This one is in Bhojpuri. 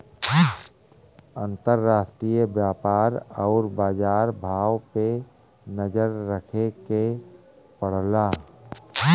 अंतराष्ट्रीय व्यापार आउर बाजार भाव पे नजर रखे के पड़ला